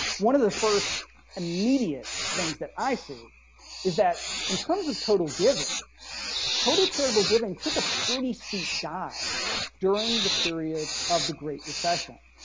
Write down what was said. one of the first immediate things that i see is that in terms of total giving total charitable giving took a pretty steep dive during the period of the great recession.